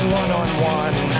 one-on-one